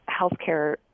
healthcare